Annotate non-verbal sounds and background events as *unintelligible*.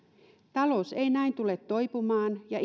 talous ei näin tule toipumaan ja *unintelligible*